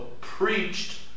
preached